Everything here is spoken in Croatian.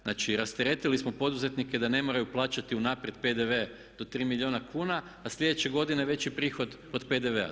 Znači, rasteretili smo poduzetnike da ne moraju plaćati unaprijed PDV do 3 milijuna kuna, a sljedeće godine veći je prihod od PDV-a.